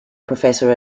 professor